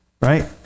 Right